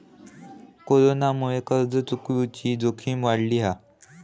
कोरोनामुळे कर्ज चुकवुची जोखीम वाढली हा